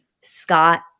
Scott